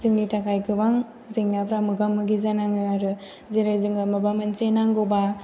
जोंनि थाखाय गोबां जेंनाफोरा मोगा मोगि जानाङो आरो जेरै जोङो माबा मोनसे नांगौबा